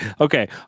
okay